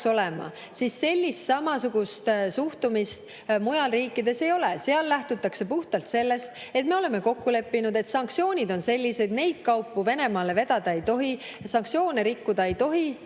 peaks olema. Samasugust suhtumist mujal riikides ei ole. Seal lähtutakse puhtalt sellest, et me oleme kokku leppinud, et sanktsioonid on sellised ja neid kaupu Venemaale vedada ei tohi. Sanktsioone rikkuda ei tohi,